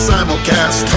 Simulcast